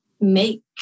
make